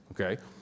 okay